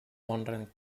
honren